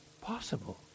possible